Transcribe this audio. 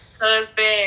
husband